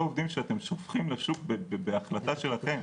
עובדים שאתם שופכים לשוק בהחלטה שלכם.